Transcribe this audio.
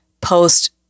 post